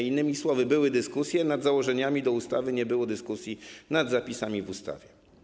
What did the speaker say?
Innymi słowy, były dyskusje nad założeniami do ustawy, nie było dyskusji nad zapisami w ustawie.